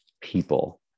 people